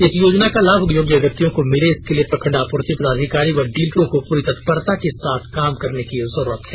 इस योजना का लाभ योग्य व्यक्तियों को मिले इसके लिए प्रखंड आपूर्ति पदाधिकारी व डीलरों को पूरी तत्परता के साथ काम करने की जरुरत है